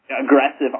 aggressive